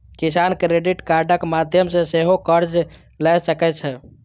किसान क्रेडिट कार्डक माध्यम सं सेहो कर्ज लए सकै छै